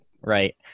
right